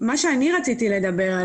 אני רציתי לדבר,